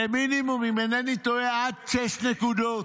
למינימום, אם אינני טועה, עד שש נקודות.